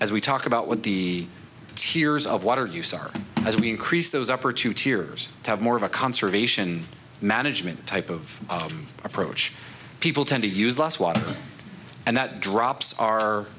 as we talk about what the tears of water use are as we increase those upper two tiers to have more of a conservation management type of approach people tend to use less water and that drops are